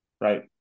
right